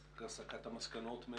הסקת המסקנות,